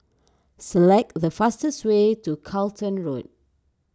select the fastest way to Charlton Road